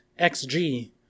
XG